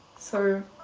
so